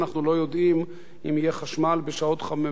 אם יהיה חשמל בשעות שבין 12:00 ל-17:00,